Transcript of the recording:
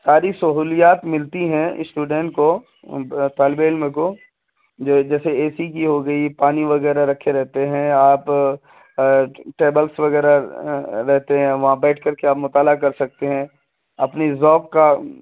ساری سہولیات ملتی ہیں اسٹوڈینٹ کو طالب علم کو جو جیسے اے سی کی ہو گئی پانی وغیرہ رکھے رہتے ہیں آپ ٹیبلس وغیرہ رہتے ہیں وہاں بیٹھ کر کے آپ مطالعہ کر سکتے ہیں اپنی ذوق کا